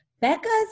Becca's